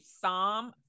Psalm